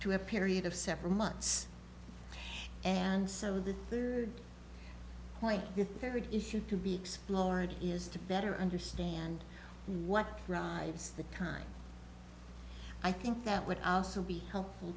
to a period of several months and so the point your third issue can be explored is to better understand what drives the kind i think that would also be helpful